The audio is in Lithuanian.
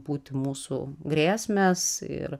būti mūsų grėsmės ir